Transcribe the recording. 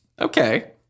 Okay